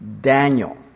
Daniel